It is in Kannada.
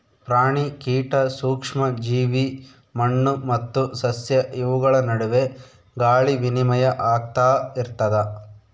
ಪ್ರಾಣಿ ಕೀಟ ಸೂಕ್ಷ್ಮ ಜೀವಿ ಮಣ್ಣು ಮತ್ತು ಸಸ್ಯ ಇವುಗಳ ನಡುವೆ ಗಾಳಿ ವಿನಿಮಯ ಆಗ್ತಾ ಇರ್ತದ